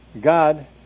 God